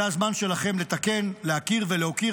זה הזמן שלכם לתקן, להכיר ולהוקיר.